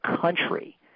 country